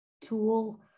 tool